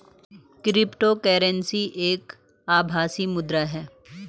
crypto currency एक आभासी मुद्रा है